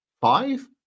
five